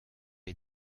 est